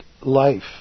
life